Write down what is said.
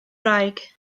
wraig